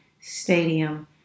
stadium